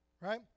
right